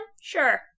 Sure